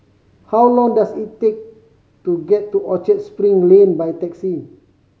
how long does it take to get to Orchard Spring Lane by taxi